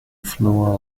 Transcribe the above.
floor